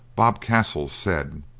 bob castles said